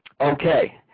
Okay